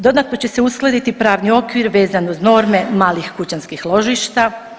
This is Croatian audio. Dodatno će se uskladiti pravni okvir vezan uz norme malih kućanskih ložišta.